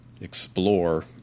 explore